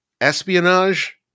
espionage